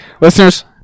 Listeners